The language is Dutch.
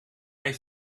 heeft